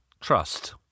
trust